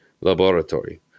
Laboratory